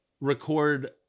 record